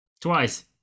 Twice